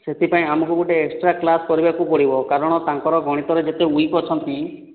ସେଥିପାଇଁ ଆମକୁ ଗୋଟେ ଏକ୍ସଟ୍ରା କ୍ଲାସ୍ କରିବାକୁ ପଡ଼ିବ କାରଣ ତାଙ୍କର ଗଣିତରେ ଯେତେ ୱିକ୍ ଅଛନ୍ତି